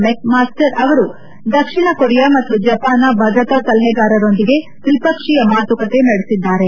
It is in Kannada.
ಮೆಕ್ ಮಾಸ್ಸರ್ ಅವರು ದಕ್ಷಿಣ ಕೊರಿಯಾ ಮತ್ತು ಜಪಾನ್ನ ಭದ್ರತಾ ಸಲಹೆಗಾರರೊಂದಿಗೆ ತ್ರಿಪಕ್ಷೀಯ ಮಾತುಕತೆ ನಡೆಸಿದ್ದಾರೆ